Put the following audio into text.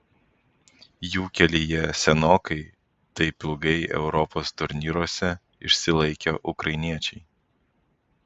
jų kelyje senokai taip ilgai europos turnyruose išsilaikę ukrainiečiai